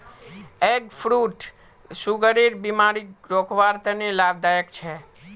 egg fruit सुगरेर बिमारीक रोकवार तने लाभदायक छे